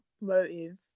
motive